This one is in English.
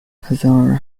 hazara